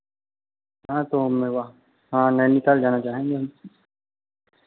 हाँ तो मैं वहाँ हाँ नैनीताल जाना चाहेंगे हम